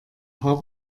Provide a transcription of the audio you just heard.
paar